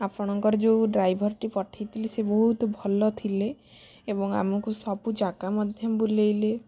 ଆପଣଙ୍କର ଯୋଉ ଡ୍ରାଇଭରଟି ପଠେଇଥିଲେ ସେ ବହୁତ ଭଲ ଥିଲେ ଏବଂ ଆମକୁ ସବୁ ଜାଗା ମଧ୍ୟ ବୁଲେଇଲେ